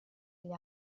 gli